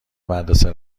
مدرسه